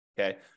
okay